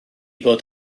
bod